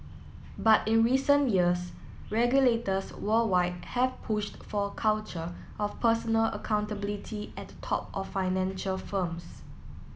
but in recent years regulators worldwide have pushed for a culture of personal accountability at the top of financial firms